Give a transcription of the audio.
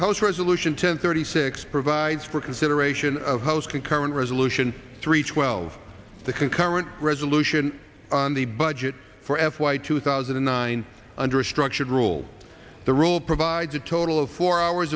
house resolution ten thirty six provides for consideration of house concurrent resolution three twelve the concurrent resolution on the budget for f y two thousand and nine under a structured rule the rule provides a total of four hours